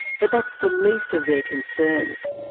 but that's the least of their concerns.